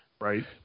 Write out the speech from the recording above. Right